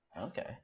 Okay